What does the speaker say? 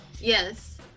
yes